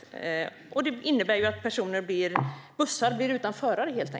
Det innebär helt enkelt att bussar blir utan förare.